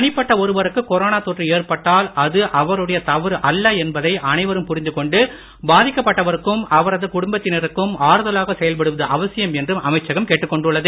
தனிப்பட்ட ஒருவருக்கு கொரோனா தொற்று எற்பட்டால் அது அவருடைய தவறு அல்ல என்பதை அனைவரும் புரிந்துகொண்டு பாதிக்கப் பட்டவருக்கும் அவரது குடும்பத்தினருக்கும் ஆறுதலாக செயல்படுவது அவசியம் என்றும் அமைச்சகம் கேட்டுக் கொண்டுள்ளது